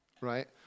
right